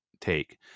take